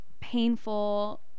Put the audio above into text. painful